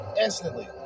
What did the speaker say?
instantly